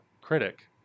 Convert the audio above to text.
critic